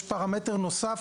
יש פרמטר נוסף: